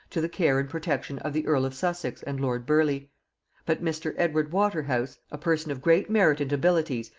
to the care and protection of the earl of sussex and lord burleigh but mr. edward waterhouse, a person of great merit and abilities,